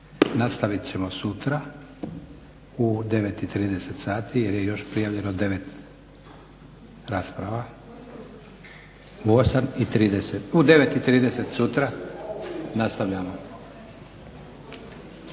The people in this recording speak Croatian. Nastavit ćemo sutra u 9,30 jer je prijavljeno još 9 rasprava. U 9,30 sutra nastavljamo.